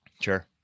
Sure